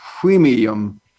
premium